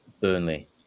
Burnley